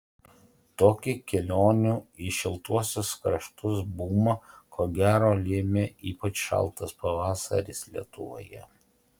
tokį kelionių į šiltuosius kraštus bumą ko gero lėmė ypač šaltas pavasaris lietuvoje